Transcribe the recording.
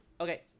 Okay